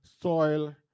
soil